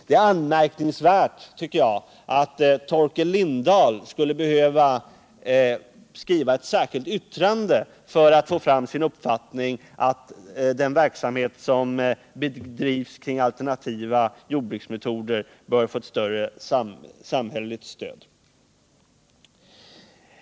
Det är anmärkningsvärt, tycker jag, att Torkel Lindahl skulle behöva skriva ett särskilt yttrande för att klargöra sin uppfattning, att den verksamhet som bedrivs kring alternativa jordbruksmetoder bör få större samhälleligt stöd.